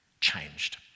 changed